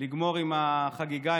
לגמור עם החגיגה,